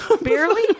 Barely